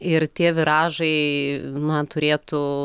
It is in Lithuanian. ir tie viražai na turėtų